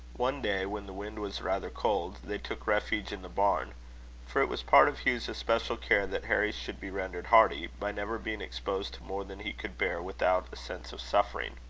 one day, when the wind was rather cold, they took refuge in the barn for it was part of hugh's especial care that harry should be rendered hardy, by never being exposed to more than he could bear without a sense of suffering.